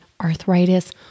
arthritis